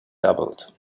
doubled